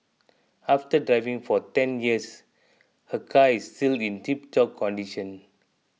after driving for ten years her car is still in tiptop condition